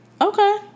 Okay